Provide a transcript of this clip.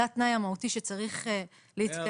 זה התנאי המהותי שצריך להתקיים.